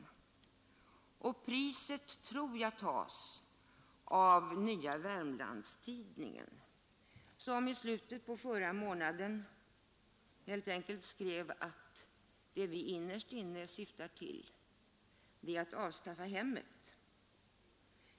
Priset tror jag tas av Nya Wermlands-Tidningen, som i slutet på förra månaden helt enkelt skrev att det vi innerst inne syftar till är att avskaffa hemmet.